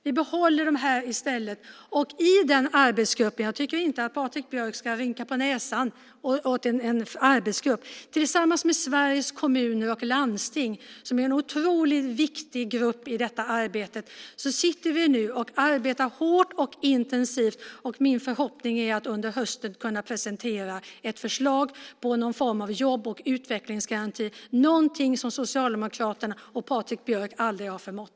Vi behåller dem i stället i aktiviteter. Jag tycker att Patrik Björck inte ska rynka på näsan åt en arbetsgrupp. Tillsammans med Sveriges Kommuner och Landsting, som är en otroligt viktig grupp i detta arbete, sitter vi nu och arbetar hårt och intensivt. Min förhoppning är att under hösten kunna presentera ett förslag och någon form av jobb och utvecklingsgaranti - någonting som Socialdemokraterna och Patrik Björk aldrig har förmått.